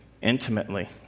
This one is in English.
intimately